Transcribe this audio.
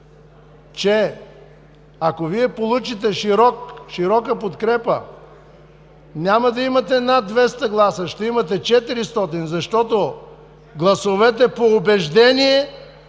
че ако Вие получите широка подкрепа, няма да имате над 200 гласа, ще имате 400, защото гласовете по убеждение